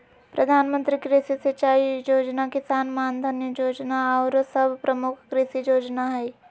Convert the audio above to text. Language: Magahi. प्रधानमंत्री कृषि सिंचाई जोजना, किसान मानधन जोजना आउरो सभ प्रमुख कृषि जोजना हइ